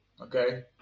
Okay